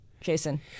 Jason